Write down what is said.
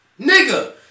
Nigga